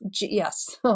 Yes